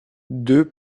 deux